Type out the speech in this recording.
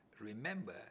remember